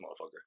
motherfucker